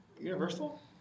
Universal